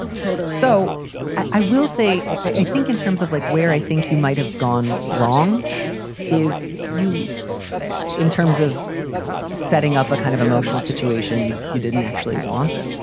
total. so i will say, i think in terms of like where i think you might have gone wrong is you in terms of setting up a kind of emotional situation, you you didn't actually want.